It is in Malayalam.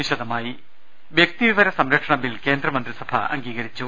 ങ്ങ ൽ വൃക്തിവിവര സംരക്ഷണ ബിൽ കേന്ദ്രമന്ത്രിസഭ അംഗീകരിച്ചു